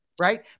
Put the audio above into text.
right